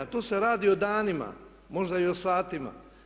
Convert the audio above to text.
Tu se radi o danima, možda i o satima.